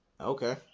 Okay